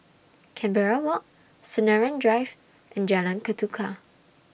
Canberra Walk Sinaran Drive and Jalan Ketuka